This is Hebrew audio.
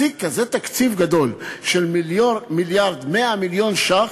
כזה תקציב גדול, של 1.1 מיליארד ש"ח,